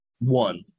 One